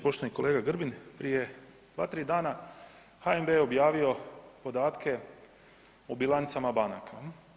Poštovani kolega Grbin prije 2-3 dana HNB je objavio podatke o bilancama banaka.